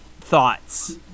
thoughts